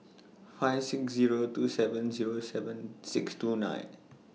five six Zero two seven Zero seven six two nine